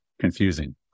confusing